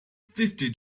fifty